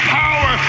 power